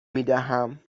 میدهم